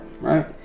right